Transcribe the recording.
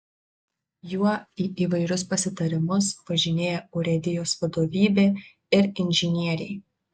juo į įvairius pasitarimus važinėja urėdijos vadovybė ir inžinieriai